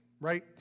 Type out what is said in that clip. right